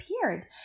appeared